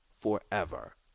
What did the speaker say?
forever